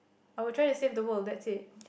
I will try to save the world that's it